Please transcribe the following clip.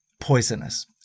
poisonous